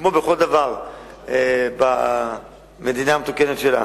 כמו בכל דבר במדינה המתוקנת שלנו.